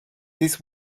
this